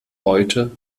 heute